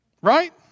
right